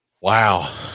Wow